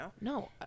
no